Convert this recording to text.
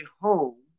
home